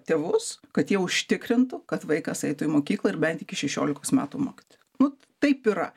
tėvus kad jie užtikrintų kad vaikas eitų į mokyklą ir bent iki šešiolikos metų mokyti nu taip yra